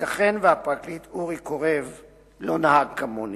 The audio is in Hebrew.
ייתכן שהפרקליט אורי קורב לא נהג כמוני.